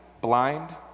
blind